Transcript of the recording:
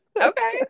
Okay